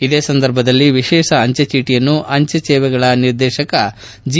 ಇದೇ ಸಂದರ್ಭದಲ್ಲಿ ವಿಶೇಷ ಅಂಚೆ ಚೀಟಿಯನ್ನು ಅಂಚೆ ಸೇವೆಗಳ ನಿರ್ದೇತಕ ಜಿ